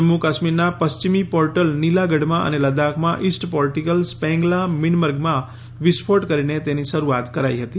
જમ્મુ કાશ્મીરના પશ્ચિમી પોર્ટલ નીલાગઢમાં અને લદ્દાખમાં ઇસ્ટ પોર્ટલ સ્પૈંગલા મીનમર્ગમાં વિસ્ફોટ કરીને તેની શરૂઆત કરાઇ હતી